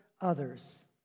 others